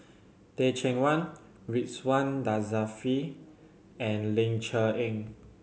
Teh Cheang Wan Ridzwan Dzafir and Ling Cher Eng